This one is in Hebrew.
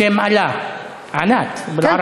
זה שם, שם אלה, ענת בילערבי.